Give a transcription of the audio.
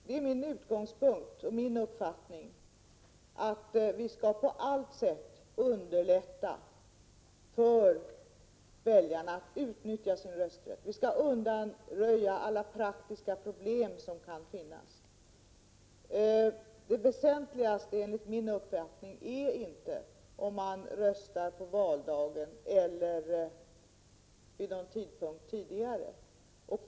Det är min uppfattning och utgångspunkt att vi på alla sätt skall underlätta för väljarna att utnyttja sin rösträtt. Vi skall undanröja alla praktiska problem som kan finnas. Det väsentligaste är, enligt min uppfattning, inte om man röstar på valdagen eller vid någon tidigare tidpunkt.